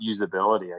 usability